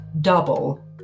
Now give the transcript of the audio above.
double